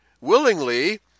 willingly